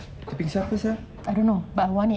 kopi siapa sia